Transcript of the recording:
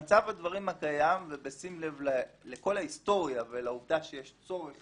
במצב הדברים הקיים ובשים לב לכל ההיסטוריה ולעובדה שיש צורך